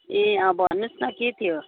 ए अँ भन्नुहोस् न के थियो